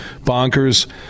bonkers